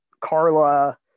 Carla